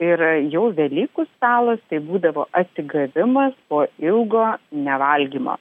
ir jau velykų stalas tai būdavo atsigavimas po ilgo nevalgymo